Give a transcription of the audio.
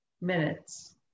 minutes